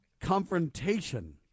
confrontation